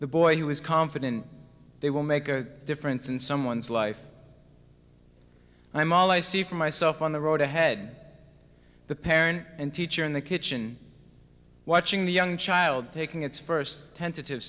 the boy who is confident they will make a difference in someone's life i'm all i see for myself on the road ahead the parent and teacher in the kitchen watching the young child taking its first tentative